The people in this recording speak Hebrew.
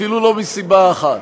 אפילו לא מסיבה אחת,